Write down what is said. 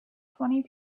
twenty